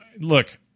Look